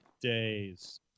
days